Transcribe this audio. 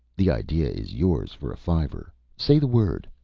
the idea is yours for a fiver. say the word.